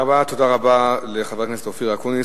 תודה רבה לחבר הכנסת אופיר אקוניס.